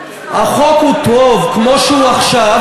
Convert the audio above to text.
לפתור את זה לפני שאתה בא למליאה, את הנוסחה הזאת.